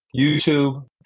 YouTube